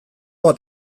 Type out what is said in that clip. bat